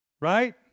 right